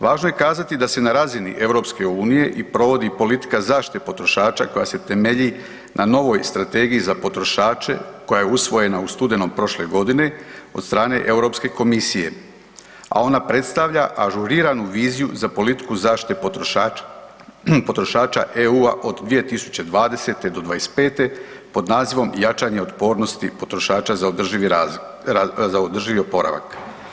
Važno je kazati da se na razini EU i provodi politika zaštite potrošača koja se temelji na novoj Strategiji za potrošače koja je usvojena u studenom prošle godine od strane EU komisije, a ona predstavlja ažuriranu viziju za politiku zaštite potrošača EU-a od 2020.-2025. pod nazivom Jačanje otpornosti potrošača za održivi oporavak.